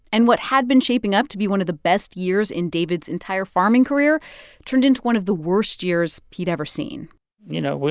and what had been shaping up to be one of the best years in david's entire farming career turned into one of the worst years he'd ever seen you know,